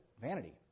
Vanity